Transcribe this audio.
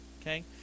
okay